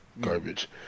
garbage